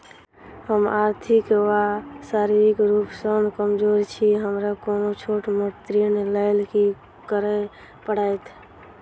हम आर्थिक व शारीरिक रूप सँ कमजोर छी हमरा कोनों छोट मोट ऋण लैल की करै पड़तै?